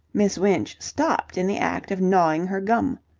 miss winch stopped in the act of gnawing her gum.